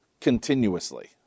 continuously